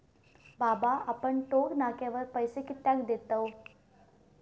बाबा आपण टोक नाक्यावर पैसे कित्याक देतव?